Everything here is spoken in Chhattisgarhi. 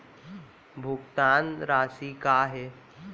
भुगतान राशि का हे?